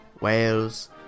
Wales